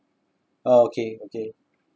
oh okay okay